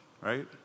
right